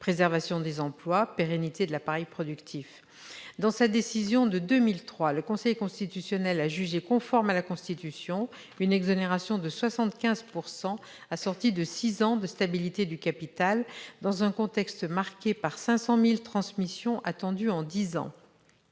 préservation des emplois, pérennité de l'appareil productif. Dans sa décision de 2003, le Conseil constitutionnel a jugé conforme à la Constitution une exonération de 75 % assortie de six ans de stabilité du capital dans un contexte marqué par 500 000 transmissions attendues en dix ans.